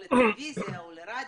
או לטלוויזיה או לרדיו.